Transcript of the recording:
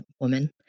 woman